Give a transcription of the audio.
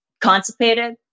constipated